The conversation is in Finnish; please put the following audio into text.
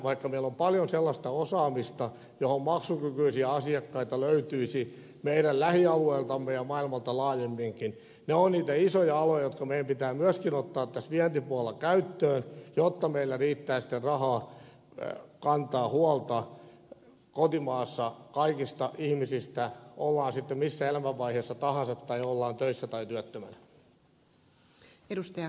vaikka meillä on paljon sellaista osaamista johon maksukykyisiä asiakkaita löytyisi meidän lähialueiltamme ja maailmalta laajemminkin ne ovat niitä isoja aloja jotka meidän pitää myöskin ottaa tässä vientipuolella käyttöön jotta meillä riittää sitten rahaa kantaa huolta kotimaassa kaikista ihmisistä ollaan sitten missä elämänvaiheessa tahansa tai ollaan töissä tai työttömänä